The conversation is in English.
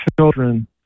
children